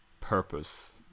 purpose